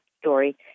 story